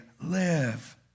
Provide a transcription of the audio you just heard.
live